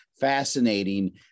fascinating